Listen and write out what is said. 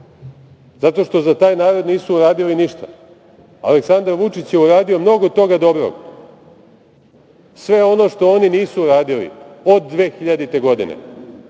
Zato što za taj narod nisu uradili ništa. Aleksandar Vučić je uradio mnogo toga dobrog. Sve ono što oni nisu uradili od 2000. godine,